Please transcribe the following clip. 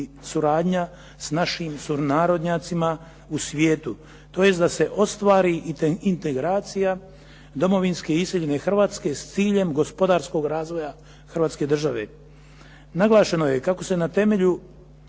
suradnja s naši sunarodnjacima u svijetu. to jest da se ostvari integracija domovinske iseljene Hrvatske s ciljem gospodarskog razvoja Hrvatske države. Naglašeno je kako se na temelju